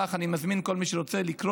על כך אני מזמין את כל מי שרוצה לקרוא,